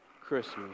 Christmas